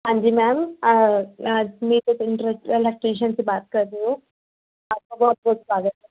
ਹਾਂਜੀ ma'am Meet electrician ਸੇ ਬਾਤ ਕਰ ਰੇ ਹੋ ਆਪਕਾ ਬਹੁਤ ਬਹੁਤ ਸਵਾਗਤ ਹੈ